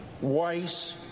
Weiss